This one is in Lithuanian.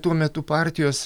tuo metu partijos